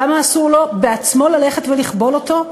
למה אסור לו בעצמו ללכת ולכבול אותו?